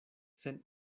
sen